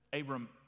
Abram